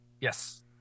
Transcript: Yes